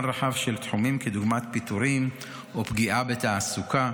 רחב של תחומים כדוגמת פיטורים או פגיעה בתעסוקה,